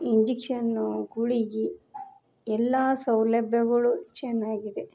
ಇಂಜೆಕ್ಷನ್ನೂ ಗುಳಿಗೆ ಎಲ್ಲ ಸೌಲಭ್ಯಗಳು ಚೆನ್ನಾಗಿದೆ